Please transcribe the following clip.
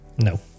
No